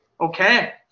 okay